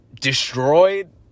Destroyed